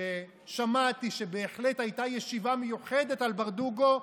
ששמעתי שבהחלט הייתה ישיבה מיוחדת על ברדוגו,